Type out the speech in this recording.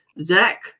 Zach